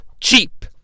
cheap